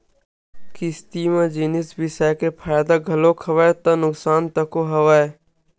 किस्ती म जिनिस बिसाय के फायदा घलोक हवय ता नुकसान तको हवय